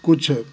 कुछ